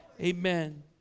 Amen